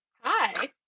Hi